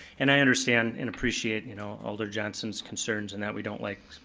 and i understand and appreciate, you know, alder johnson's concerns in that we don't like,